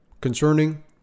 concerning